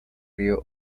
río